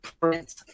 Prince